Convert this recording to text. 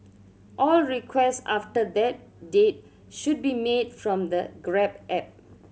all requests after that date should be made from the Grab app